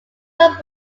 are